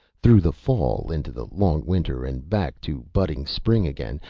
through the fall, into the long winter and back to budding spring again,